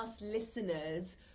listeners